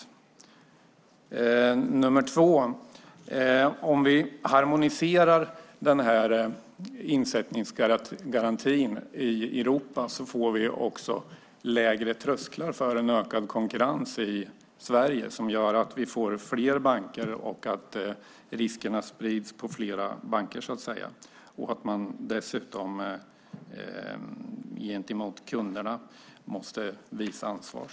För det andra får vi också, om vi harmoniserar insättningsgarantin i Europa, lägre trösklar för en ökad konkurrens i Sverige. Det gör att vi får fler banker och att riskerna därmed sprids på fler banker. Dessutom måste man gentemot kunderna visa ansvar.